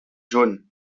jaunes